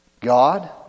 God